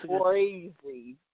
crazy